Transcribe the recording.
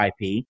IP